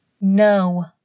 No